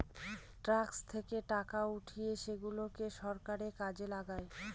tax থেকে টাকা উঠিয়ে সেগুলাকে সরকার কাজে লাগায়